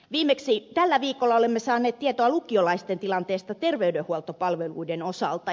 viimeksi tällä viikolla olemme saaneet tietoa lukiolaisten tilanteesta terveydenhuoltopalveluiden osalta